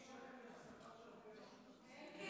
אלקין,